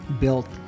built